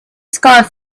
scarred